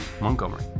Montgomery